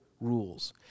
rules